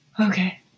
Okay